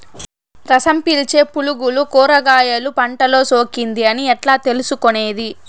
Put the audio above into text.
రసం పీల్చే పులుగులు కూరగాయలు పంటలో సోకింది అని ఎట్లా తెలుసుకునేది?